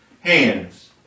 hands